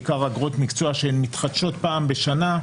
בעיקר אגרות מקצוע שהן מתחדשות פעם בשנה,